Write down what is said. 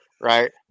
right